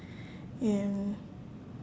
and